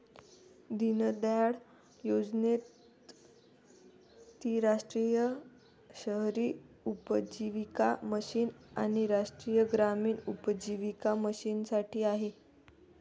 दीनदयाळ योजनेत ती राष्ट्रीय शहरी उपजीविका मिशन आणि राष्ट्रीय ग्रामीण उपजीविका मिशनसाठी आहे